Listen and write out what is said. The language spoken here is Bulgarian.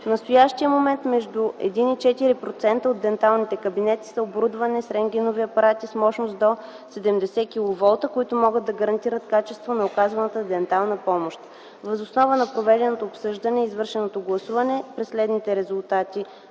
В настоящия момент между един и четири процента от денталните кабинети са оборудвани с рентгенови апарати с мощност до 70 киловолта, които могат да гарантират качество на оказваната дентална помощ. Въз основа на проведеното обсъждане и извършеното гласуване при следните резултати: